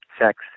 sex